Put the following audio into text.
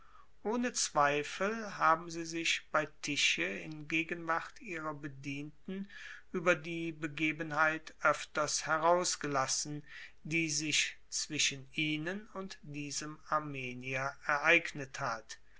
ohne zweifel haben sie sich bei tische in gegenwart ihrer bedienten über die begebenheit öfters herausgelassen die sich zwischen ihnen und diesem armenier ereignet hat